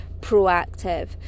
proactive